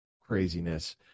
craziness